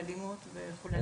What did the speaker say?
לאלימות וכו'.